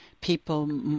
people